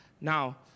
now